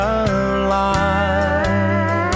alive